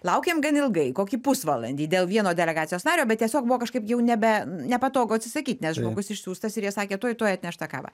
laukėm gan ilgai kokį pusvalandį dėl vieno delegacijos nario bet tiesiog buvo kažkaip jau nebe nepatogu atsisakyt nes žmogus išsiųstas ir jie sakė tuoj tuoj atneš tą kavą